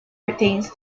retains